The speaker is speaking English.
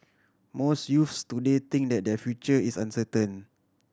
most youths today think that their future is uncertain